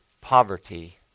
poverty